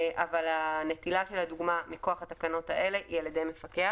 אבל הנטילה של הדוגמה מכוח התקנות האלה היא על ידי מפקח.